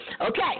Okay